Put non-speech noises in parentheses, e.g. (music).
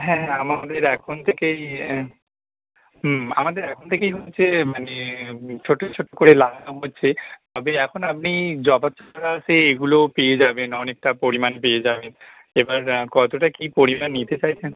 হ্যাঁ হ্যাঁ আমাদের এখন থেকেই হুম আমাদের এখন থেকেই হচ্ছে মানে ছোটো ছোটো করে লাগানো হচ্ছে তবে এখন আপনি জবার (unintelligible) আছে এগুলোও পেয়ে যাবেন অনেকটা পরিমাণ পেয়ে যাবেন এবার কতটা কী পরিমাণ নিতে চাইছেন